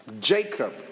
Jacob